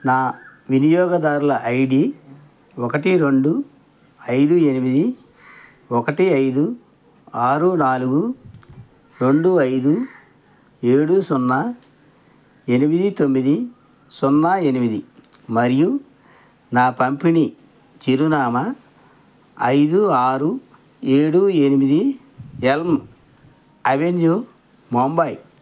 నా వినియోగదారుల I D ఒకటి రెండు ఐదు ఎనిమిది ఒకటి ఐదు ఆరు నాలుగు రెండు ఐదు ఏడు సున్నా ఎనిమిది తొమ్మిది సున్నా ఎనిమిది మరియు నా పంపిణీ చిరునామా ఐదు ఆరు ఏడు ఎనిమిది ఎల్మ్ అవెన్యూ ముంబై